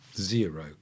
zero